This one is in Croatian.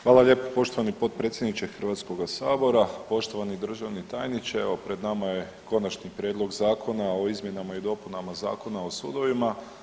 Hvala lijepo poštovani potpredsjedniče HS-a, poštovani državni tajniče, evo, pred nama je Konačni prijedlog zakona o izmjenama i dopunama Zakona o sudovima.